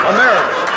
America